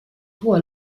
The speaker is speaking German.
hoher